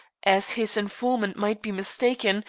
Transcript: as his informant might be mistaken,